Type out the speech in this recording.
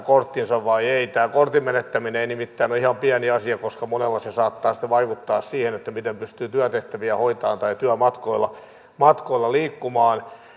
korttinsa vai ei tämä kortin menettäminen ei nimittäin ole ihan pieni asia koska monella se saattaa vaikuttaa siihen miten pystyy työtehtäviä hoitamaan tai työmatkoilla työmatkoilla liikkumaan